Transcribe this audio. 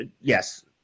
yes